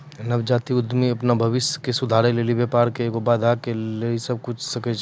नवजात उद्यमि अपन भविष्य के सुधारै लेली व्यापार मे ऐलो बाधा से लरी सकै छै